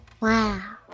wow